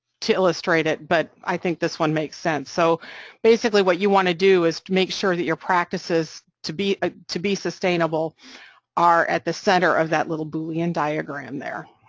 illustrate it, but i think this one makes sense. so basically what you want to do is to make sure that your practices to be ah to be sustainable are at the center of that little boolean diagram there.